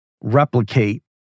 replicate